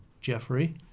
Jeffrey